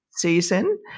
season